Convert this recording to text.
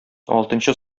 алтынчы